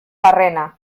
barrena